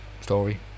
story